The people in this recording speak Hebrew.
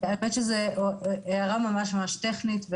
זה הערה ממש טכנית.